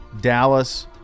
Dallas